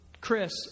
Chris